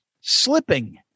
slipping